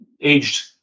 aged